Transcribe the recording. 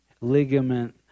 ligament